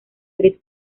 gris